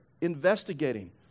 investigating